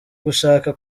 gushaka